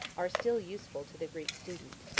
are still useful to the greek student.